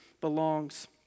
belongs